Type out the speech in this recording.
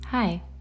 Hi